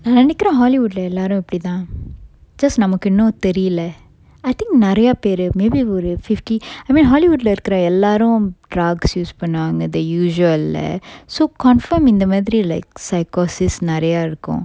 நெனைக்குரன்:nenaikkkuran hollywood lah எல்லாரும் அப்படித்தான்:ellarum appadithan just நமக்கு இன்னும் தெரியல:namakku innum theriyala I think நெறையப் பேரு:nerayap peru may be fifty I mean hollywood lah இருக்குற எல்லாரும்:irukkura ellarum drug use பண்ணுவாங்க:pannuvanga they usual lah so confirmed இந்த மாதிறி:intha madiri like psychosis நெறைய இருக்கும்:neraya irukkum